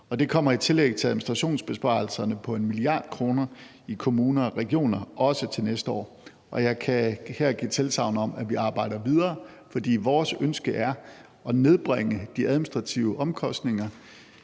det kommer i tillæg til administrationsbesparelserne på 1 mia. kr. i kommuner og regioner også til næste år. Og jeg kan her give tilsagn om, at vi arbejder videre, fordi vores ønske er at nedbringe de administrative omkostninger